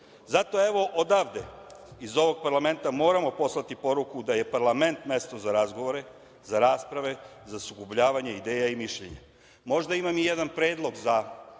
evo odavde iz ovog parlamenta moramo poslati poruku da je parlament mesto za razgovore, za rasprave, za sukobljavanje ideja i mišljenja, imam i jedan predlog za